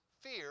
fear